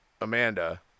Amanda